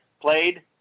played